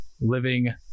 Living